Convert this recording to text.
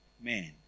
man